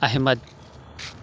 Ahmad